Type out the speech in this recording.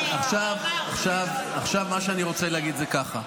עכשיו מה שאני רוצה להגיד, זה ככה.